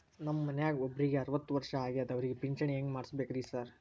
ನಮ್ ಮನ್ಯಾಗ ಒಬ್ರಿಗೆ ಅರವತ್ತ ವರ್ಷ ಆಗ್ಯಾದ ಅವ್ರಿಗೆ ಪಿಂಚಿಣಿ ಹೆಂಗ್ ಮಾಡ್ಸಬೇಕ್ರಿ ಸಾರ್?